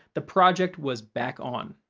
the project was back on.